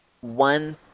one